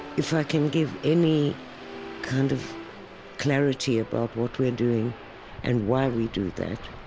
if i can give any kind of clarity about what we're doing and why we do that,